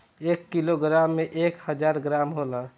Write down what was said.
एक किलोग्राम में एक हजार ग्राम होला